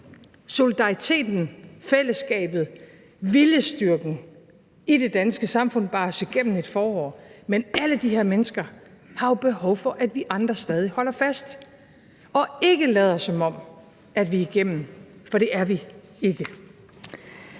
Solidariteten, fællesskabet, viljestyrken i det danske samfund bar os igennem et forår, men alle de her mennesker har jo behov for, at vi andre stadig holder fast og ikke lader, som om vi er igennem, for det er vi ikke.